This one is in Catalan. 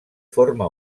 forma